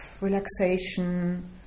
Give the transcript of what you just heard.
relaxation